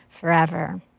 forever